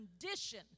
condition